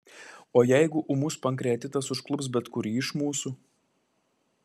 o jeigu ūmus pankreatitas užklups bet kurį iš mūsų